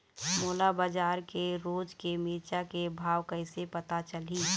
मोला बजार के रोज के मिरचा के भाव कइसे पता चलही?